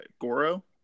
Goro